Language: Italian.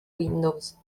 windows